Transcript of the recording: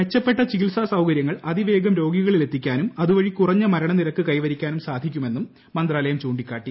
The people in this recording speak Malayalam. മെച്ചപ്പെട്ട ചികിത്സാ സൌകര്യങ്ങൾ അതിവേഗം രോഗികളിൽ എത്തിക്കാനും അതുവഴി കുറഞ്ഞ മരണനിരക്ക് കൈവരിക്കാനും സാധിക്കുമെന്നും മന്ത്രാലയം ചൂണ്ടിക്കാട്ടി